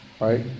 right